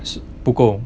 不够